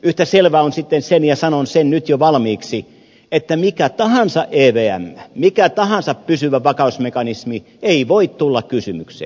yhtä selvää on sitten se ja sanon sen nyt jo valmiiksi että mikä tahansa evm mikä tahansa pysyvä vakausmekanismi ei voi tulla kysymykseen